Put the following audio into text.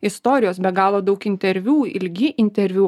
istorijos be galo daug interviu ilgi interviu